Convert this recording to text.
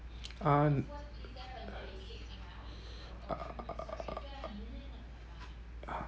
uh n~ err